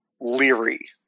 leery